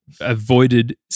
avoided